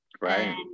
Right